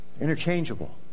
Interchangeable